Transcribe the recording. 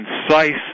concise